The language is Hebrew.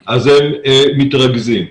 מתרגזת.